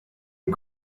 est